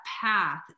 path